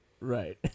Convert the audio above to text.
Right